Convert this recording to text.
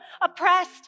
oppressed